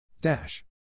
dash